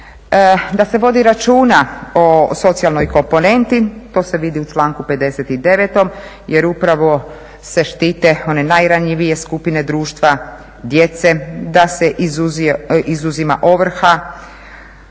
Da se vodi računa o socijalnoj komponenti to se vidi u članku 59. jer upravo se štite one najranjivije skupine društva, djece, da se izuzima ovrha